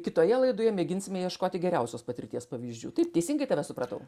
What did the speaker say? kitoje laidoje mėginsime ieškoti geriausios patirties pavyzdžių taip teisingai tave supratau